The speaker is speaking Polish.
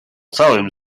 całym